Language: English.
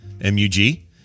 M-U-G